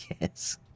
yes